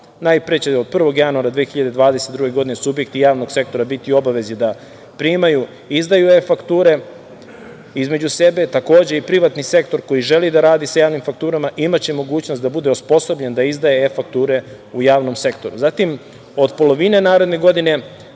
Najpre će od 1. januara 2022. godine, subjekti javnog sektora biti u obavezi da primaju, izdaju e-fakture između sebe, takođe i privatni sektor koji želi da radi sa javnim fakturama imaće mogućnost da bude osposobljen, da izdaje e-fakture u javnom sektoru. Zatim, od polovine naredne godine